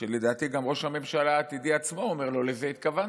לדעתי גם ראש הממשלה העתידי עצמו אומר: לא לזה התכוונתי.